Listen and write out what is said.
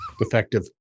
effective